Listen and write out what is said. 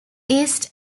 east